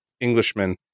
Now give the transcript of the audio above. Englishman